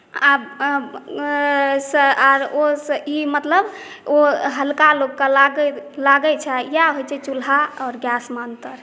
आब आओर ई मतलब ओ हल्का लोककेँ लागैत छै इएह होइत छै चुल्हा आओर गैसमे अन्तर